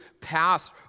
past